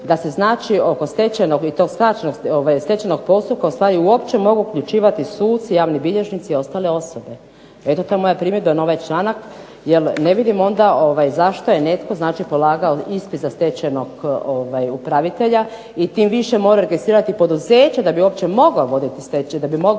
da se znači oko stečajnog i tog skraćenog stečajnog postupka ustvari uopće mogu uključivati suci, javni bilježnici, ostale osobe. Eto to je moja primjedba na ovaj članak, jer ne vidim onda zašto je netko znači polagao ispit za stečajnog upravitelja, i tim više moraju registrirati poduzeće da bi uopće mogla voditi stečaj, da bi mogao